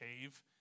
cave